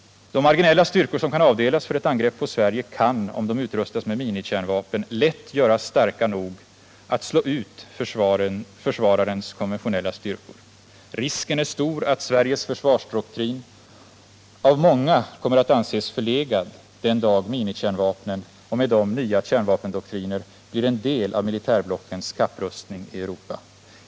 De marginella styrkor som kan avdelas för ett angrepp mot Sverige kan, om de utrustas med minikärnvapen, lätt göras starka nog för att slå ut försvararens konventionella styrkor. Risken är stor för att Sveriges försvarsdoktrin av många kommer att anses förlegad den dag minikärnvapnen och med dem nya kärnvapendoktriner blir en del av militärblockens ka.pprustning i Europa.